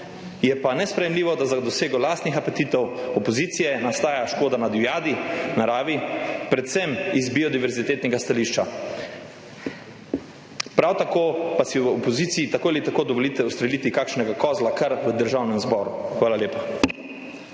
Je pa nesprejemljivo, da za dosego lastnih apetitov opozicije nastaja škoda na divjadi, naravi, predvsem iz biodiverzitetnega stališča. Prav tako pa si v opoziciji tako ali tako dovolite ustreliti kakšnega kozla kar v Državnem zboru. Hvala lepa.